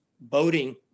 boating